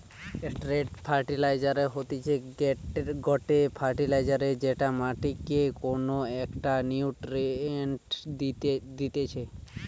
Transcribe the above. straight fertiliser হতিছে গটে fertiliser যেটা মাটিকে কোনো একটো নিউট্রিয়েন্ট দিতেছে